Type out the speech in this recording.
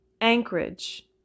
Anchorage